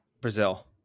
Brazil